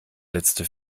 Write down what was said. letzte